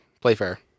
Playfair